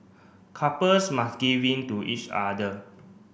couples must give in to each other